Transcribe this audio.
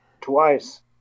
twice